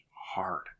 hard